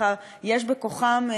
ויש בכוחם,